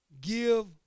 give